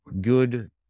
good